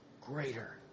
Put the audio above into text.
greater